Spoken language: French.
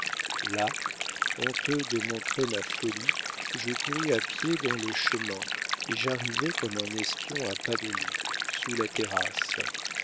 là honteux de montrer ma folie je courus à pied dans le chemin et j'arrivai comme un espion à pas de loup sous la terrasse